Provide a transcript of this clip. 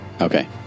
Okay